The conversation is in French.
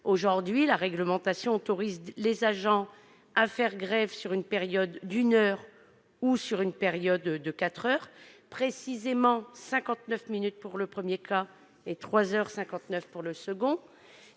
Aujourd'hui, la réglementation autorise les agents à faire grève sur une période d'une heure ou sur une période de quatre heures, précisément cinquante-neuf minutes pour le premier cas et trois heures